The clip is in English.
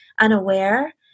unaware